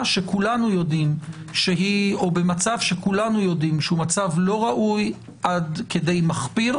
שכולנו יודעים שהיא או במצב שכולנו יודעים שהוא לא ראוי עד כדי מחפיר,